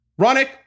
Ronick